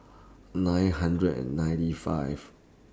nine hundred and ninety five